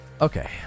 Okay